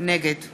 נגד